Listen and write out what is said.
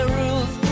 rules